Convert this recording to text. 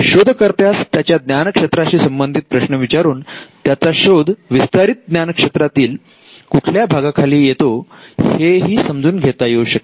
शोधकर्त्यास त्याच्या ज्ञान क्षेत्राशी संबंधित प्रश्न विचारून त्याचा शोध विस्तारित विज्ञान क्षेत्रातील कुठल्या भागाखाली येतो हेही समजून घेता येऊ शकते